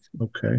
Okay